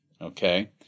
okay